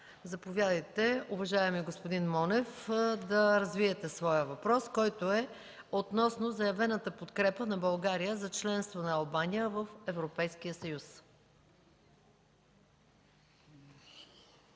Заповядайте, уважаеми господин Монев, да развиете своя въпрос, който е относно заявената подкрепа на България за членство на Албания в Европейския съюз.